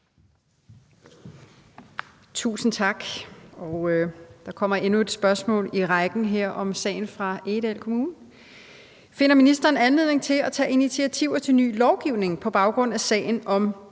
Tusind tak. Der kommer her endnu et spørgsmål i rækken om sagen fra Egedal Kommune: Finder ministeren anledning til at tage initiativer til ny lovgivning på baggrund af sagen med